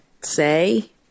say